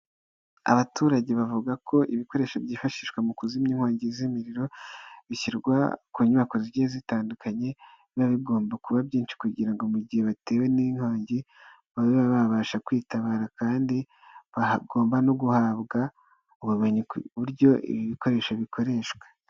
Abaturage bavuga ko ibikoresho byifashishwa mu kuzimya inkongi z'imiriro bishyirwa ku nyubako zigiye zitandukanye, biba bigomba kuba byinshi, kugira ngo mu gihe batewe n'inkongi babe babasha kwitabara, kandi bagomba no guhabwa ubumenyi ku buryo ibi bikoresho bikoreshwa.